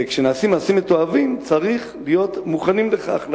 וכשנעשים מעשים מתועבים צריך להיות מוכנים לכך,